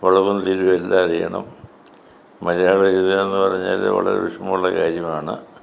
വളവും തിരിവും എല്ലാം അറിയണം മലയാളം എഴുതുക എന്ന് പറഞ്ഞാൽ വളരെ വിഷമമുള്ള കാര്യമാണ്